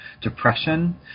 depression